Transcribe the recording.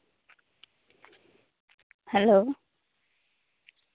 hello